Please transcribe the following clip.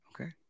Okay